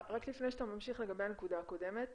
לפני שאתה ממשיך, לגבי הנקודה הקודמת.